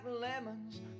lemons